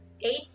eight